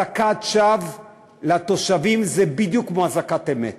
אזעקת שווא לתושבים, זה בדיוק כמו אזעקת אמת.